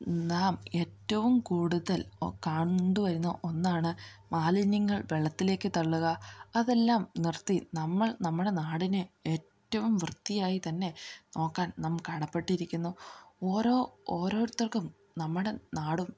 നാം ഏറ്റവും കൂടുതൽ ഒ കണ്ട് വരുന്ന ഒന്നാണ് മാലിന്യങ്ങൾ വെള്ളത്തിലേക്ക് തള്ളുക അതെല്ലാം നിർത്തി നമ്മൾ നമ്മുടെ നാടിനെ ഏറ്റവും വൃത്തിയായി തന്നെ നോക്കാൻ നാം കടപ്പെട്ടിരിക്കുന്നു ഓരോ ഓരോർത്തർക്കും നമ്മുടെ നാടും